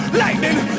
lightning